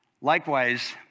Likewise